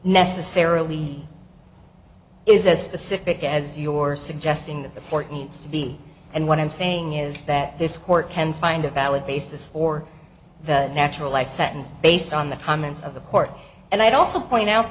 necessarily is as specific as your suggesting that the court needs to be and what i'm saying is that this court can find a valid basis for the natural life sentence based on the comments of the court and i'd also point out